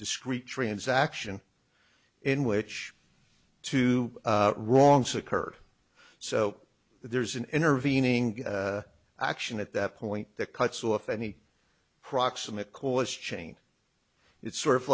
discrete transaction in which two wrongs occurred so there's an intervening action at that point that cuts off any proximate cause chain it's sort of